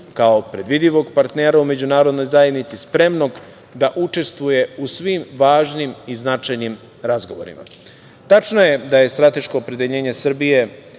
kao predvidivog partnera u međunarodnoj zajednici, spremnog da učestvuje u svim važnim i značajnim razgovorima. Tačno je da je strateško opredeljenje Srbije